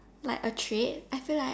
like a trade I feel like